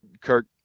Kirk